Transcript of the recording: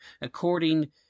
According